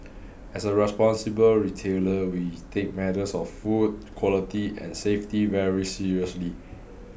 as a responsible retailer we take matters of food quality and safety very seriously